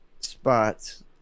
spots